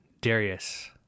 Darius